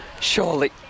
Surely